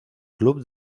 club